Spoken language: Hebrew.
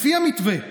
לפי המתווה.